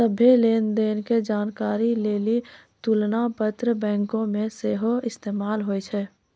सभ्भे लेन देन के जानकारी लेली तुलना पत्र बैंको मे सेहो इस्तेमाल होय छै